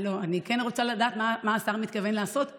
אני כן רוצה לדעת מה השר מתכוון לעשות,